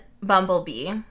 Bumblebee